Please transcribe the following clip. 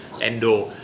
Endor